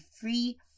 free